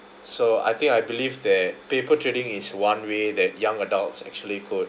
so I think I believe that paper trading is one way that young adults actually could